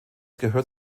gehört